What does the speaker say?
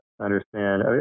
understand